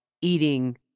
eating